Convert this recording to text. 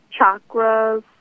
chakras